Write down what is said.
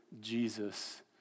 Jesus